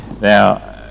now